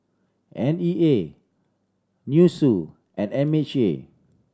N E A NUSSU and M H A